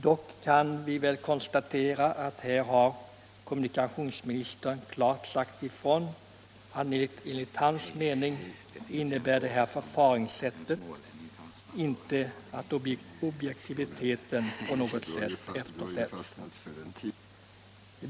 Dock kan väl konstateras att kommunikationsministern här klart har sagt ifrån att det tillämpade förfaringssättet vid körkortsprov enligt hans mening inte innebär att objektiviteten på något sätt eftersätts.